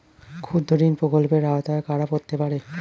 ক্ষুদ্রঋণ প্রকল্পের আওতায় কারা পড়তে পারে?